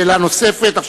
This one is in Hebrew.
שאלה נוספת.